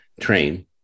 train